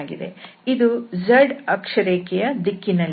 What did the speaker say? ಇದು z ಅಕ್ಷರೇಖೆಯ ದಿಕ್ಕಿನಲ್ಲಿದೆ